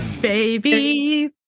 baby